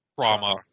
trauma